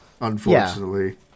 unfortunately